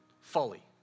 folly